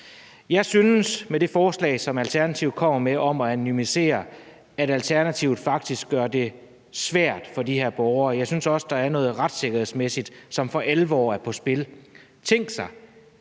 Alternativet med det forslag, som de kommer med, om at anonymisere faktisk gør det svært for de her borgere. Jeg synes også, der er noget retssikkerhedsmæssigt, som for alvor er på spil. Tænk sig,